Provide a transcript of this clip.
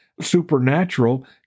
supernatural